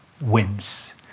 wins